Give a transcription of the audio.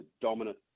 dominant